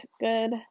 good